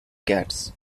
katz